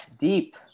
deep